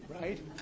right